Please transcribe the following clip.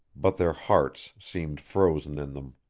but their hearts seemed frozen in them.